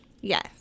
Yes